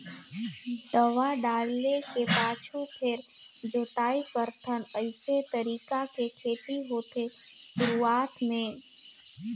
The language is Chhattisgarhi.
दवा डाले के पाछू फेर जोताई करथन अइसे तरीका के खेती होथे शुरूआत में